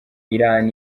iran